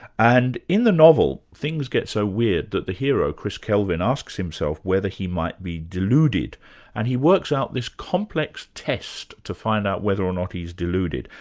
and in the novel things get so weird that the hero, kelvin, asks himself whether he might be deluded and he works out this complex test to find out whether or not he's deluded.